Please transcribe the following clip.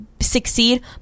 succeed